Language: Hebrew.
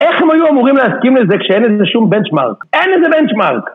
איך הם היו אמורים להסכים לזה כשאין לזה שום בנצ'מארק? אין לזה בנצ'מארק!